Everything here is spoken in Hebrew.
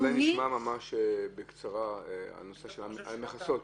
נשמע ממש בקצרה על הנושא של המכסות.